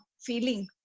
feeling